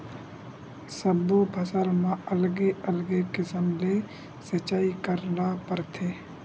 सब्बो फसल म अलगे अलगे किसम ले सिचई करे ल परथे